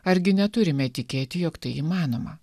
argi neturime tikėti jog tai įmanoma